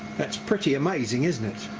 that's pretty amazing isn't it.